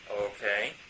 Okay